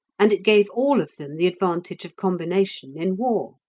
and it gave all of them the advantage of combination in war.